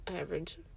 Average